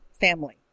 family